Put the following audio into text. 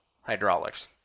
hydraulics